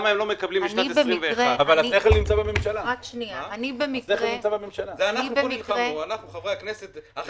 מקבלים לשנת 21'. אנחנו - חברי הכנסת - נלחמנו על זה,